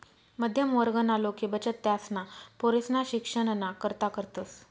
मध्यम वर्गना लोके बचत त्यासना पोरेसना शिक्षणना करता करतस